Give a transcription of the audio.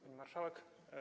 Pani Marszałek!